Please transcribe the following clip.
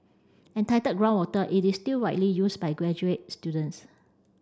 entitled groundwater it is still widely used by graduate students